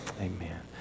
Amen